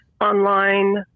online